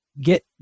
get